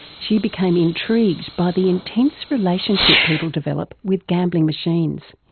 she became intrigued by the intense relationship people develop with gambling machines.